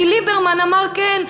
כי ליברמן אמר כן,